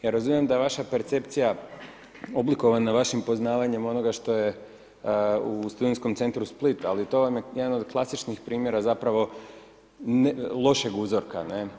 Ja razumijem da je vaša percepcija oblikovana vašim poznavanjem onoga što je u Studentskom centru Split, ali to vam je jedan od klasičnih primjera lošeg uzorka.